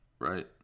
right